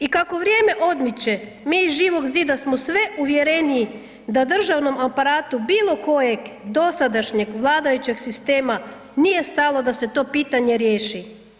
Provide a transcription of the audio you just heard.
I kako vrijeme odmiče mi iz Živog zida smo sve uvjereniji da državnom aparatu bilo kojeg dosadašnjeg vladajućeg sistema nije stalo da se to pitanje riješi.